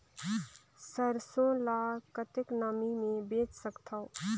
सरसो ल कतेक नमी मे बेच सकथव?